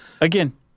Again